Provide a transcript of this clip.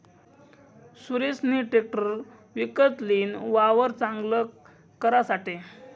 सुरेशनी ट्रेकटर विकत लीन, वावर चांगल करासाठे